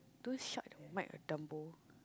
don't shout in the mic dumbo